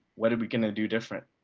what are we going do different?